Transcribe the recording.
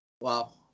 Wow